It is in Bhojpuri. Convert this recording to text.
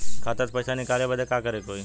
खाता से पैसा निकाले बदे का करे के होई?